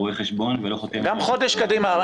רואה חשבון ולא חותם --- גם חודש קדימה.